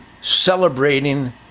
celebrating